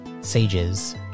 sages